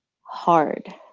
hard